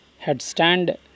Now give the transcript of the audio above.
Headstand